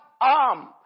arm